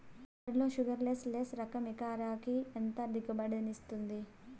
వరి లో sugarless less రకం ఎకరాకి ఎంత దిగుబడినిస్తుంది